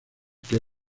que